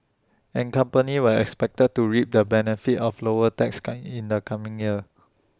and companies were expected to reap the benefits of lower taxes guy in the coming year